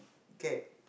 cat